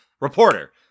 reporter